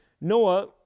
Noah